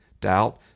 doubt